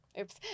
Oops